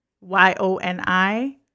Y-O-N-I